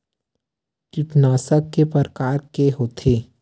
कीटनाशक के प्रकार के होथे?